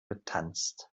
getanzt